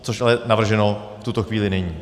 Což ale navrženo v tuto chvíli není.